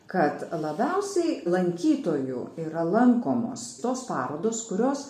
kad labiausiai lankytojų yra lankomos tos parodos kurios